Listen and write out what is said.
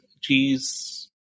cheese